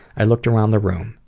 i looked around the room.